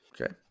Okay